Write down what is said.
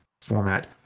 format